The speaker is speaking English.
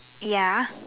ya